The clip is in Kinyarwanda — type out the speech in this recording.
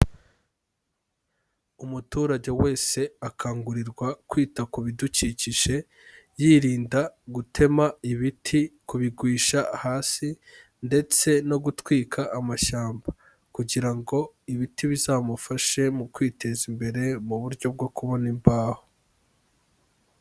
Umuturage wese akangurirwa kwita ku bidukikije, yirinda gutema ibiti, kubigusha hasi ndetse no gutwika amashyamba kugira ngo ibiti bizamufashe mu kwiteza imbere mu buryo bwo kubona imbaho.